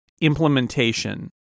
implementation